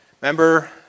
Remember